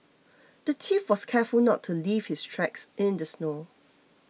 the thief was careful not to leave his tracks in the snow